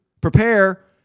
prepare